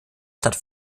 statt